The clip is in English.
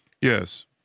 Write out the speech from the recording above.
yes